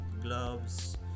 gloves